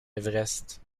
everest